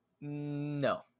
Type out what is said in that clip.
No